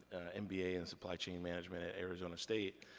and mba in supply chain management at arizona state,